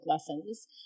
lessons